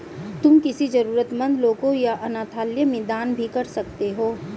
तुम किसी जरूरतमन्द लोगों या अनाथालय में दान भी कर सकते हो